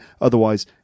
Otherwise